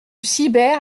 sibert